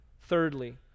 Thirdly